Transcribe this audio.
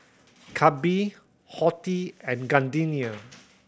Calbee Horti and Gardenia